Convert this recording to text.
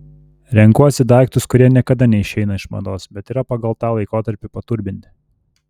renkuosi daiktus kurie niekada neišeina iš mados bet yra pagal tą laikotarpį paturbinti